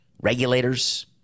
Regulators